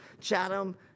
Chatham